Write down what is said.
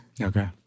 Okay